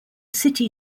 city